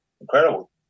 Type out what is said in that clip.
incredible